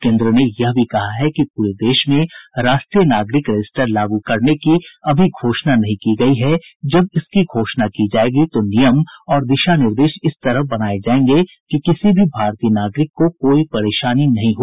केन्द्र ने यह भी कहा है कि पूरे देश में राष्ट्रीय नागरिक रजिस्टर लागू करने की अभी घोषणा नहीं की गई है जब इसकी घोषणा की जाएगी तो नियम और दिशा निर्देश इस तरह बनाए जाएंगे कि किसी भी भारतीय नागरिक को कोई परेशानी नहीं हो